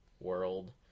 world